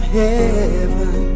heaven